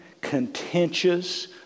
contentious